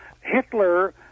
Hitler